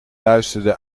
luisterde